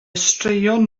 straeon